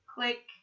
Click